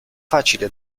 facile